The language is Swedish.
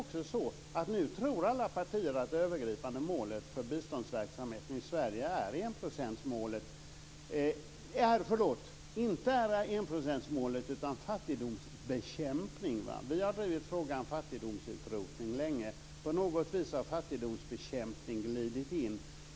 Dessutom tror alla partier nu att det övergripande målet för biståndsverksamheten i Sverige inte är enprocentsmålet, utan fattigdomsbekämpning. Vi har drivit frågan om fattigdomsutrotning länge, och på något vis har fattigdomsbekämpning glidit in.